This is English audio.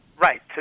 Right